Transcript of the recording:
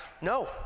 no